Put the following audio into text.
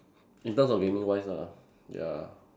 in terms of living wise lah ya